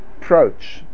approach